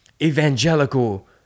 evangelical